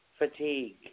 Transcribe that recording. Fatigue